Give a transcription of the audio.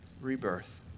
rebirth